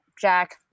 jack